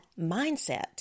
mindset